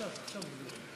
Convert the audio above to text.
מסתדר אתו?